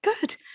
good